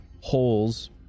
holes